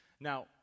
Now